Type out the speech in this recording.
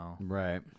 right